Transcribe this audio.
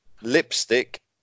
Lipstick